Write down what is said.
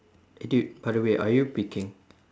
eh dude by the way are you peaking